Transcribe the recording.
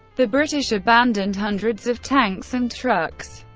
the british abandoned hundreds of tanks and trucks.